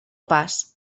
pas